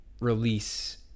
Release